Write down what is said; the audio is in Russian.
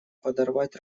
подорвать